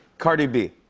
cardi b.